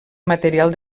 material